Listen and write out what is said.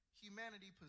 humanity